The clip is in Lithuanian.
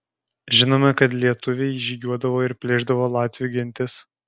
žinome kad lietuviai žygiuodavo ir plėšdavo latvių gentis